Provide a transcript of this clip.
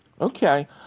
Okay